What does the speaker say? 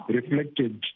Reflected